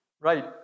right